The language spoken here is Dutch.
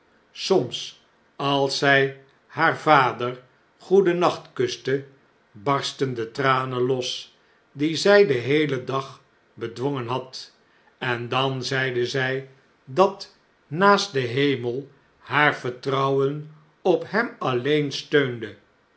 soms als zg haar vader goedennacht kuste barstten de tranen los die zjj den heelen dag bedwongen had en dan zeide zjj dat naast den hemel haar vertrouwen op hem alleen steunde